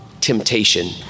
temptation